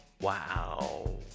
Wow